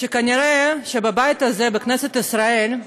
שכנראה בבית הזה, בכנסת ישראל,